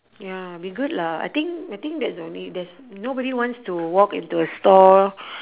ya be good lah I think I think that's the only there's nobody wants to walk into a store